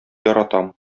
яратам